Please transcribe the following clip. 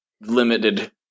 limited